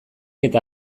eta